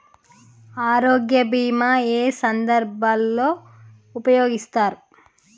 ఆరోగ్య బీమా ఏ ఏ సందర్భంలో ఉపయోగిస్తారు?